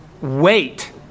wait